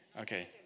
Okay